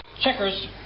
checkers